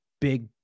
big